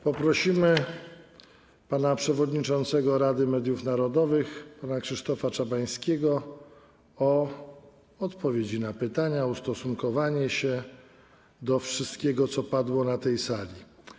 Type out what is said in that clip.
Poprosimy przewodniczącego Rady Mediów Narodowych pana Krzysztofa Czabańskiego o odpowiedzi na pytania i ustosunkowanie się do wszystkiego, co padło na tej sali.